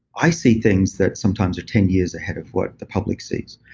i see things that sometimes are ten years ahead of what the public sees.